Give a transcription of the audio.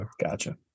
gotcha